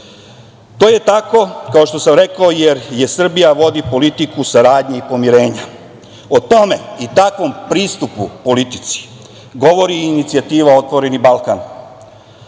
To je tako kao što sam rekao jer Srbija vodi politiku saradnje i pomirenja.O tome i takvom pristupu politici govori i inicijativa "Otvoreni Balkan",